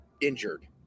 injured